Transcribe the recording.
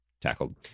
tackled